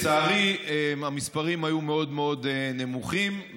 לצערי, המספרים היו מאוד מאוד נמוכים.